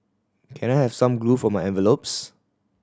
can I have some glue for my envelopes